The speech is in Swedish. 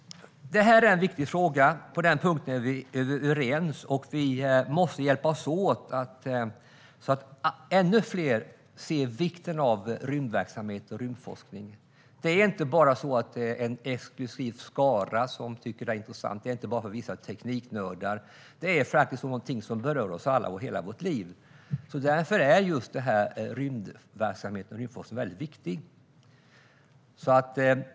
Vi är överens om att frågan är viktig, och vi måste hjälpas åt så att ännu fler ser vikten av rymdverksamhet och rymdforskning. Det är inte bara en exklusiv skara som tycker att detta är intressant, och detta är inte bara något för vissa tekniknördar. Det här berör oss alla och hela vårt liv. Därför är rymdverksamheten och rymdforskningen väldigt viktig.